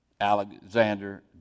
Alexander